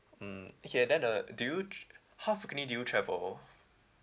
mm okay then uh do you how frequently do you travel